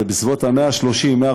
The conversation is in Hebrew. היא בסביבות 130,000,